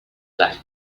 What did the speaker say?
that